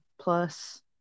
plus